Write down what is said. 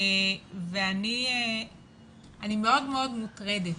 ואני מאוד מאוד מוטרדת.